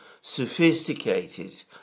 sophisticated